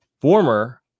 former